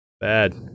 Bad